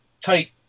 tight